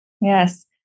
Yes